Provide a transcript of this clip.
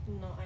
No